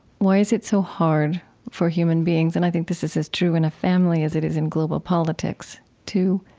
why is it so hard for human beings and i think this is as true in a family as it is in global politics to